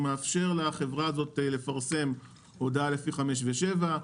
הוא מאפשר לחברה הזו לפרסם הודעה לפי 5 ו-7,